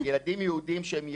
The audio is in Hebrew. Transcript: אלה ילדים יהודיים שהם יתומים,